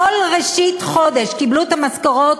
כל ראשית חודש קיבלו את המשכורת,